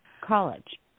college